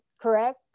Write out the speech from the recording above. Correct